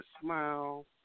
smile